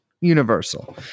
universal